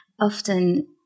often